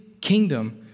kingdom